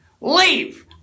leave